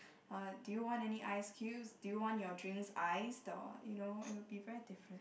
uh do you want any ice cubes do you want your drinks iced or you know it will be very different